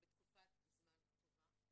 בתקופת זמן קצובה.